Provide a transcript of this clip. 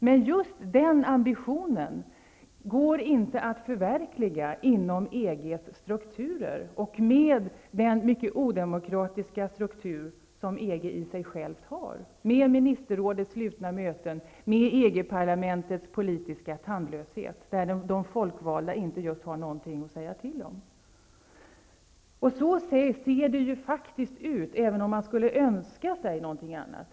Men denna ambition går inte att förverkliga inom EG:s strukturer och med den mycket odemokratiska struktur som EG i sig självt har -- med ministerrådets slutna möten, med parlamentets politiska tandlöshet, där de folkvalda just inte har någonting att säga till om. Så ser det faktiskt ut, även om man skulle önska sig någonting annat.